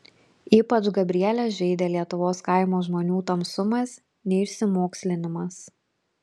ypač gabrielę žeidė lietuvos kaimo žmonių tamsumas neišsimokslinimas